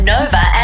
Nova